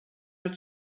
that